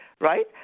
right